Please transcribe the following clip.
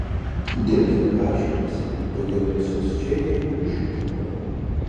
delfi aiškinasi kodėl kasos čekiai išblunka